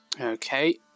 Okay